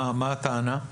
מה הטענה?